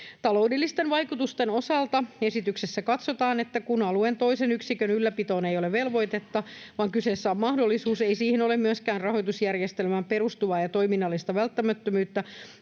Taloudellisten vaikutusten osalta esityksessä katsotaan, että kun alueen toisen yksikön ylläpitoon ei ole velvoitetta vaan kyseessä on mahdollisuus, ei siihen ole myöskään rahoitusjärjestelmään perustuvaa ja toiminnallista välttämättömyyttä